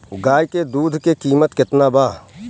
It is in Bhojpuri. गाय के दूध के कीमत केतना बा?